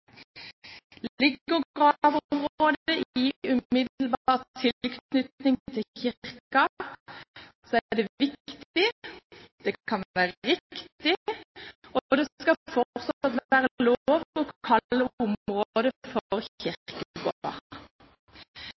Ligger gravområdet i umiddelbar tilknytning til kirken, så er det viktig, det kan være riktig, og det skal fortsatt være lov å kalle området for kirkegård. Så i realiteten er det